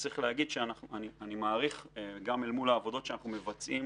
אני מעריך גם העבודות שאנחנו מבצעים